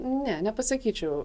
ne nepasakyčiau